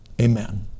Amen